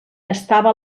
estava